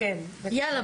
חייבים